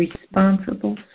responsible